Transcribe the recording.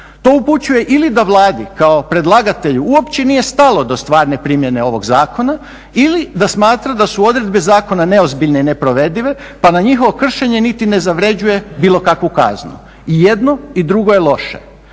To upućuje ili da Vladi kao predlagatelju uopće nije stalo do stvarne primjene ovog zakona ili da smatra da su odredbe zakona neozbiljne i neprovedive, pa da njihovo kršenje niti ne zavređuje bilo kakvu kaznu. I jedno i drugo je loše.